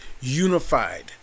unified